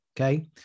okay